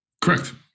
correct